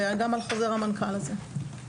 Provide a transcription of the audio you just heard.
וגם על חוזר המנכ"ל הזה.